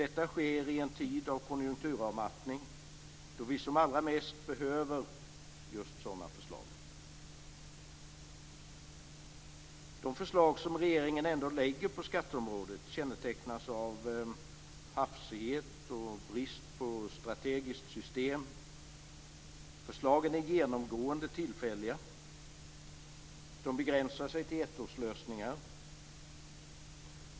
Detta sker i en tid av konjunkturavmattning då vi som allra mest behöver just sådana förslag. De förslag som regeringen ändå lägger fram på skatteområdet kännetecknas av hafsighet och brist på strategiskt system. Förslagen är genomgående tillfälliga. De begränsar sig till ettårslösningar.